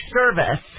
service